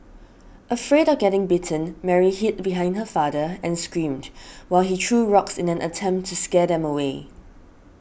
afraid of getting bitten Mary hid behind her father and screamed while he threw rocks in an attempt to scare them away